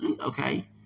Okay